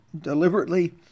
deliberately